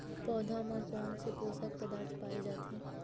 पौधा मा कोन से पोषक पदार्थ पाए जाथे?